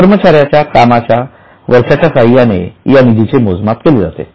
कर्मचाऱ्यांच्या कामाच्या वर्षाच्या साह्याने या निधीचे मोजमाप केले जाते